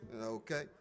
okay